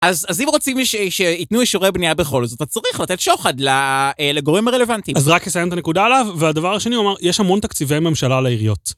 אז אם רוצים שיתנו אישורי בנייה בכל זאת, אתה צריך לתת שוחד לגורמים הרלוונטיים. אז רק אסיים את הנקודה עליו, והדבר השני, יש המון תקציבי ממשלה על העיריות.